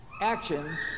Actions